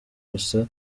gusa